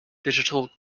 digital